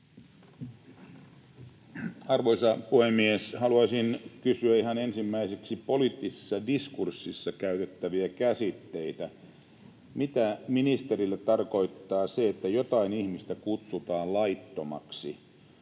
Arvoisa puhemies! Haluaisin kysyä ihan ensimmäiseksi poliittisessa diskurssissa käytettävistä käsitteistä. Mitä ministerille tarkoittaa se, että jotain ihmistä kutsutaan laittomaksi?